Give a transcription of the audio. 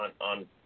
on